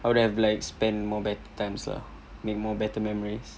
I would have like spend more bad times lah make more better memories